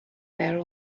there